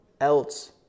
else